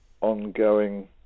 ongoing